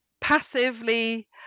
passively